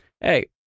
Hey